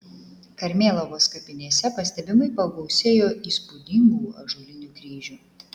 karmėlavos kapinėse pastebimai pagausėjo įspūdingų ąžuolinių kryžių